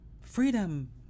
freedom